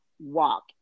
walk